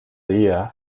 día